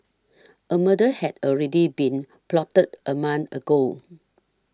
a murder had already been plotted a month ago